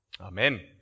Amen